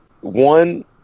one